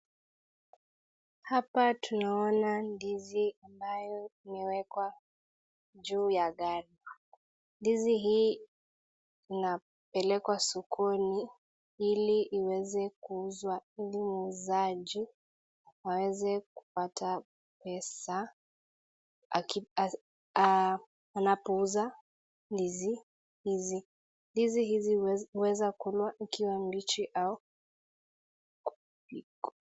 Hapa tunaona ndizi ambayo imewekwa juu ya gari. Ndizi hii inapelekwa sokoni ili iweze kuuzwa, ili muuzaji aweze kupata pesa anapouza ndizi hizi. Ndizi hizi yaweza kulwa ikiwa mbichi au